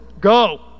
Go